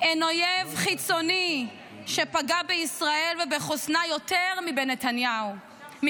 אין אויב חיצוני שפגע בישראל ובחוסנה יותר מנתניהו.